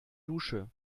dusche